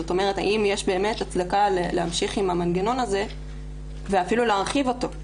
האם יש באמת הצדקה להמשיך עם המנגנון הזה ואפילו להרחיב אותו.